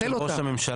הדחה של ראש הממשלה?